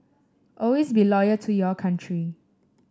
always be loyal to your country